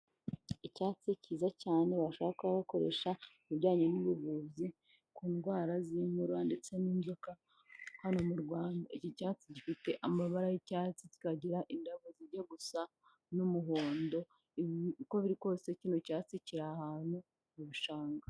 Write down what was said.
Icyatsi cyiza cyane bashobora kuba bakoresha ibijyanye n'ubuvuzi ku ndwara z'inkorora ndetse n'inzoka hano mu Rwanda. Iki cyatsi gifite amabara y'icyatsi kikagira indabo zijya gusa n'umuhondo. Uko biri kose kino cyatsi kiri ahantu mu bishanga.